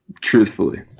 truthfully